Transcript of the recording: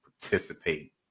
participate